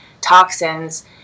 toxins